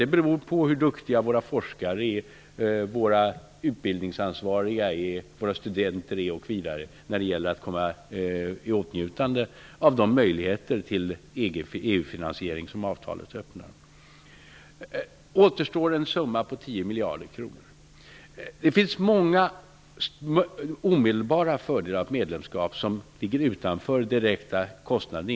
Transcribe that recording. Det beror ju på hur duktiga våra forskare, våra utbildningsansvariga, våra studenter osv. är när det gäller att komma i åtnjutande av de möjligheter till EU-finansiering som avtalet öppnar. Vad som återstår är en summa om 10 miljarder kronor. Det finns många omedelbara fördelar med ett medlemskap, vilka ligger utanför de direkta kostnaderna.